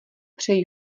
přeji